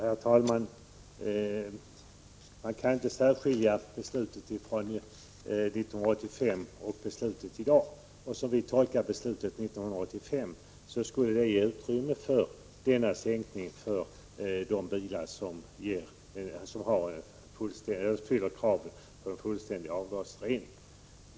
Herr talman! Man kan inte särskilja beslutet 1985 och beslutet i dag. Som vi tolkar beslutet 1985 skulle det ge utrymme för en skattesänkning för de bilar som fyller kraven på fullständig avgasrening.